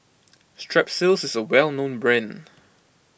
Strepsils is a well known brand